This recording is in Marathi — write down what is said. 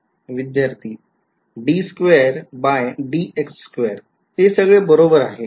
विध्यार्थी ते सगळे बरोबर आहे